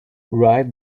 right